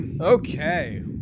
Okay